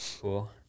cool